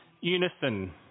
unison